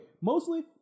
Mostly